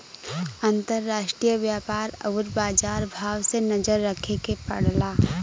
अंतराष्ट्रीय व्यापार आउर बाजार भाव पे नजर रखे के पड़ला